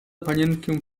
panienkę